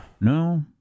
No